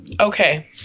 Okay